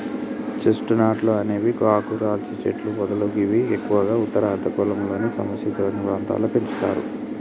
chest నట్లు అనేవి ఆకురాల్చే చెట్లు పొదలు గివి ఎక్కువగా ఉత్తర అర్ధగోళంలోని సమ శీతోష్ణ ప్రాంతాల్లో పెంచుతరు